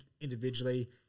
individually